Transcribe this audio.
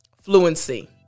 fluency